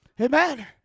Amen